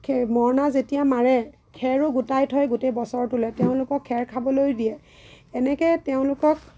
মৰণা যেতিয়া মাৰে খেৰো গোটাই থয় গোটেই বছৰটোলৈ তেওঁলোকক খেৰ খাবলৈয়ো দিয়ে এনেকৈ তেওঁলোকক